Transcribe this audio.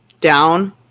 down